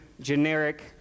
generic